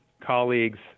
colleagues